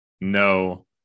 no